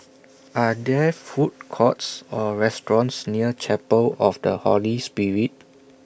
Are There Food Courts Or restaurants near Chapel of The Holy Spirit